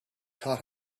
taught